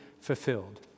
fulfilled